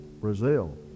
Brazil